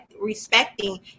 respecting